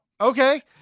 Okay